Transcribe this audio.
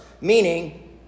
meaning